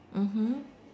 mmhmm